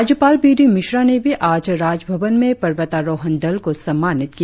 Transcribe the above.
राज्यपाल B D Mishra ने भी आज राजभवन में पर्वतारोहण दल को सम्मानित किया